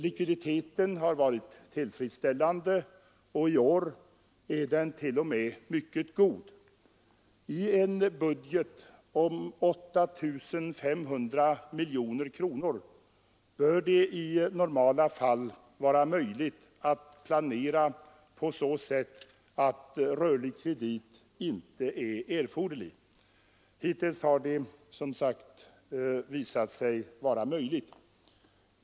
Likviditeten har varit tillfredsställande, och i år är den t.o.m. mycket god. I en budget på 8,5 miljarder bör det i normala fall vara möjligt att planera på så sätt att rörlig kredit inte blir erforderlig. Hittills har det som sagt visat sig vara möjligt.